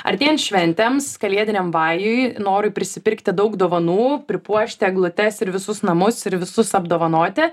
artėjant šventėms kalėdiniam vajui norui prisipirkti daug dovanų pripuošti eglutes ir visus namus ir visus apdovanoti